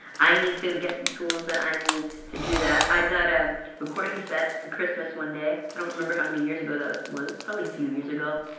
i need to get the tools that i need to do that. i got a recording set for christmas one day. i don't remember how many years ago that was, probably a few years ago.